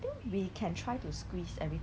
err value shop 有卖那个 mask lah